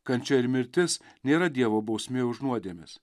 kančia ir mirtis nėra dievo bausmė už nuodėmes